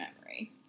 memory